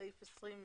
סעיף 20,